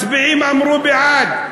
מצביעים אמרו "בעד"